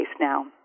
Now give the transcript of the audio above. now